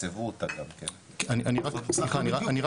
שיתקצבו אותה --- אני רק אוסיף,